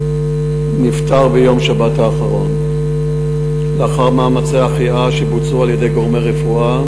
נפטר ביום שבת האחרון לאחר מאמצי החייאה שבוצעו על-ידי גורמי רפואה,